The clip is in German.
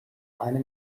eine